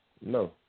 No